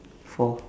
four